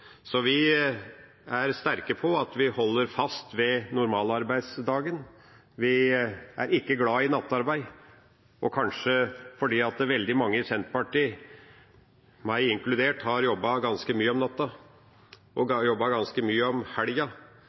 Så vi står sterkt på at vi holder fast ved normalarbeidsdagen. Vi er ikke glad i nattarbeid, kanskje det er fordi veldig mange i Senterpartiet – meg inkludert – har jobbet ganske mye om natta og jobbet ganske mye